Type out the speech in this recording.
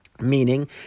Meaning